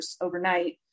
overnight